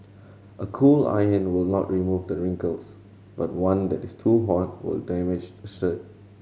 a cool iron will not remove the wrinkles but one that is too hot will damage the shirt